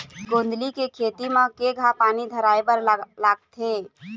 गोंदली के खेती म केघा पानी धराए बर लागथे?